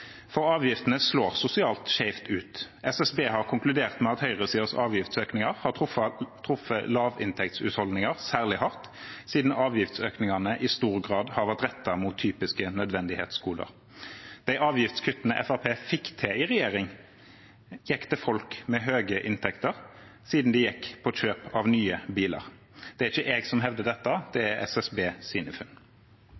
For avgiftene slår sosialt skjevt ut. SSB har konkludert med at høyresidens avgiftsøkninger har truffet lavinntektshusholdninger særlig hardt, siden avgiftsøkningene i stor grad har vært rettet mot typiske nødvendighetsgoder. De avgiftskuttene Fremskrittspartiet fikk til i regjering, gikk til folk med høye inntekter, siden det gikk på kjøp av nye biler. Det er ikke jeg som hevder dette, det